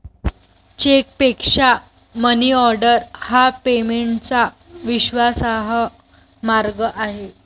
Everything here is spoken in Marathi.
चेकपेक्षा मनीऑर्डर हा पेमेंटचा विश्वासार्ह मार्ग आहे